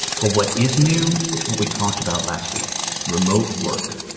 but what is new is what we talked about last week, remote work,